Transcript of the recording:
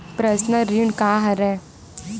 Personal ऋण का हरय?